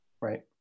Right